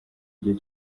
gihe